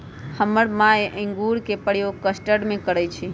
हमर माय इंगूर के प्रयोग कस्टर्ड में करइ छै